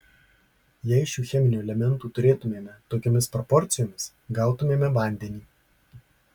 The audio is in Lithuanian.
jei šių cheminių elementų turėtumėme tokiomis proporcijomis gautumėme vandenį